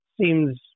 seems